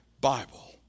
Bible